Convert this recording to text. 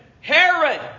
Herod